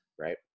Right